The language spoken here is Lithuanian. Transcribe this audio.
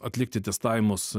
atlikti testavimus